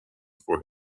for